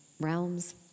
realms